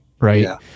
right